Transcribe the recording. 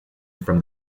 from